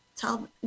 tell